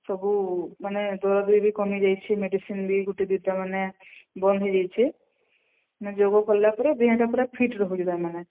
ସବୁ ମାନେ ଦରଦ ବି କମିଯାଇଛି ମେଡିସିନ୍ ବି ଗୋଟେ ଦୁଇଟା ମାନେ ବନ୍ଦ ହୋଇଯାଇଛି ମାନେ ଯୋଗ କଲା ପରେ ଦେହଟା ପୁରା ଫିଟ୍ ରହୁଛି ତା ମାନେ